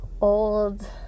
old